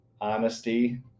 honesty